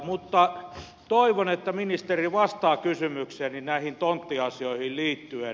mutta toivon että ministeri vastaa kysymykseeni näihin tonttiasioihin liittyen